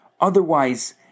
Otherwise